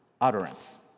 utterance